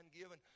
given